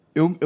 eu